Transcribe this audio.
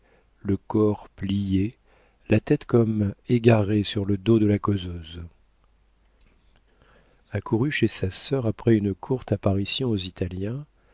le corps plié la tête comme égarée sur le dos de la causeuse accourue chez sa sœur après une courte apparition aux italiens